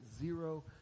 zero